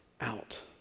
out